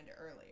earlier